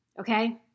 okay